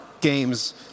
games